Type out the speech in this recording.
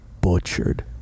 butchered